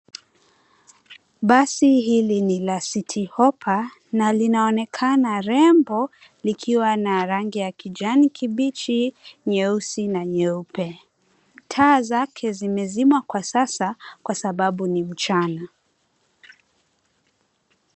Basi hili ni la Citi Hoppa na linaonekana rembo likiwa na rangi ya kijani kibichi , nyeusi na nyeupe. Taa zake zimezimwa kwa sasa kwa sababu ni mchana.